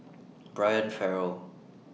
Brian Farrell